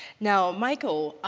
now michael,